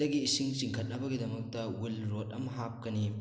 ꯗꯒꯤ ꯏꯁꯤꯡ ꯆꯤꯡꯈꯠꯅꯕꯒꯤꯗꯃꯛꯇ ꯋꯤꯜ ꯔꯣꯗ ꯑꯃ ꯍꯥꯞꯀꯅꯤ